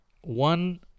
one